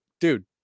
dude